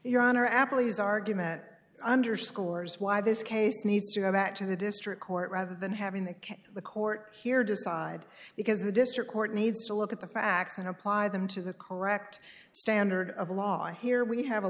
your honor applebee's argument underscores why this case needs to have back to the district court rather than having the case the court here decide because the district court needs to look at the facts and apply them to the correct standard of law here we have a